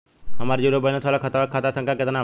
हमार zero balance वाला खतवा के खाता संख्या केतना बा?